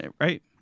Right